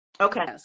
Okay